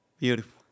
Beautiful